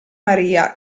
maria